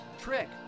trick